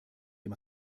dem